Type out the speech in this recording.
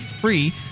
free